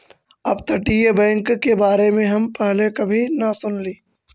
अपतटीय बैंक के बारे में हम पहले कभी न सुनली